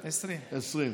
20 דקות.